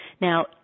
Now